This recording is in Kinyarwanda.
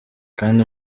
kandi